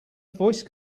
voice